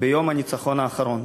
ביום הניצחון האחרון.